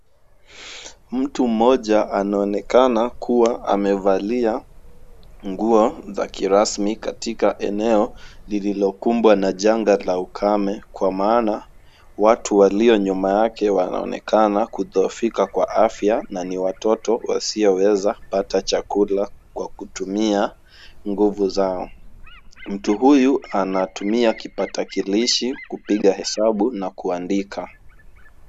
Mtu mmoja anaonekana kuwa amevalia nguo za kirasmi katika eneo lililokumbwa na janga la ukame, kwa maana watu walio nyuma yake wanaonekana kudhoofika kwa afya na ni watoto wasioweza pata chakula kwa kutumia nguvu zao. Mtu huyu anatumia kipatakilishi kupiga hesabu na kuandika.